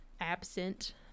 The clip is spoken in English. absent